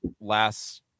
last